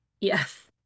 Yes